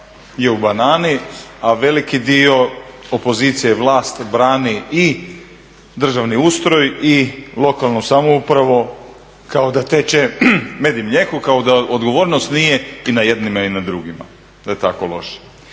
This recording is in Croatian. je u banani a veliki dio opozicije vlast brani i državni ustroj, i lokalnu samoupravu kao da teče med i mlijeko, kao da odgovornost nije ni na jednima i na drugima da je tako loše.